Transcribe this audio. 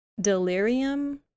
Delirium